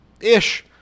ish